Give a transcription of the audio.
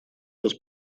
раз